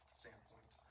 standpoint